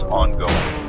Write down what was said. ongoing